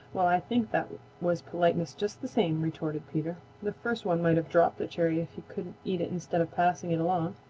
well, i think that was politeness just the same, retorted peter. the first one might have dropped the cherry if he couldn't eat it instead of passing it along.